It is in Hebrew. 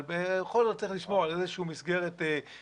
אבל בכל זאת צריך לשמור על איזה שהיא מסגרת חוקית